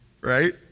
Right